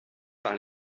par